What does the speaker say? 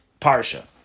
Parsha